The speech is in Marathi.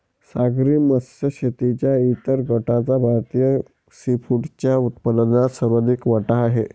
सागरी मत्स्य शेतीच्या इतर गटाचा भारतीय सीफूडच्या उत्पन्नात सर्वाधिक वाटा आहे